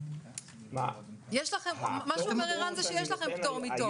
מה שאומר ערן שיש לכם פטור מתור.